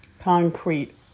concrete